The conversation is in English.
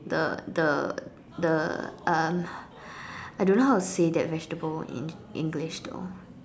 the the the um I don't know how to say that vegetable in English though